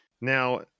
Now